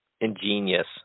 ingenious